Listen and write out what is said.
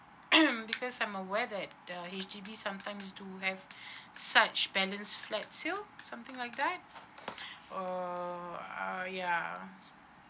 because I'm aware that the H_D_B sometimes do have such balance flat sale something like that oh uh ya